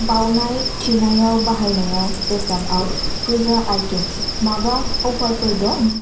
बावनाय थिनायाव बाहायनाय बेसादआव पुजा आइटेम्स माबा अफारफोर दं